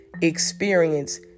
experience